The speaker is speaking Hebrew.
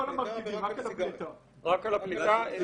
לא על המרכיבים, רק על הפליטה.